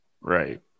right